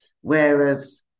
Whereas